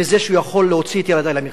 בזה שהוא יכול להוציא את ילדי למלחמה.